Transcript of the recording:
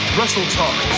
WrestleTalk